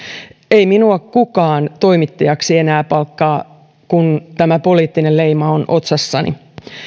ei minua kukaan toimittajaksi enää palkkaa kun tämä poliittinen leima on otsassani